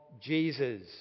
Jesus